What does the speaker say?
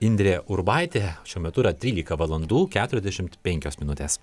indrė urbaitė šiuo metu yra trylika valandų keturiasdešimt penkios minutės